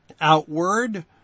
outward